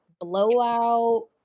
blowout